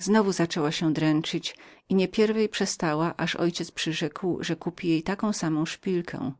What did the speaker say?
znowu zaczęła się dręczyć i nie pierwej przestała aż mój ojciec przyrzekł że kupi jej taką samą szpilkę